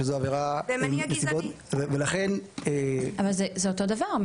שזו עבירה --- אבל זה אותו דבר,